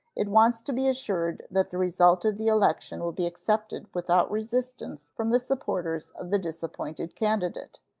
it wants to be assured that the result of the election will be accepted without resistance from the supporters of the disappointed candidate,